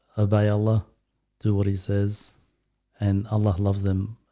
obey allah do what he says and allah loves them.